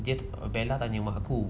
dia bella tanya mak aku